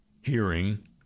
hearing